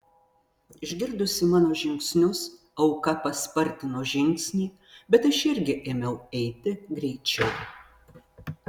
išgirdusi mano žingsnius auka paspartino žingsnį bet aš irgi ėmiau eiti greičiau